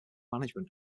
management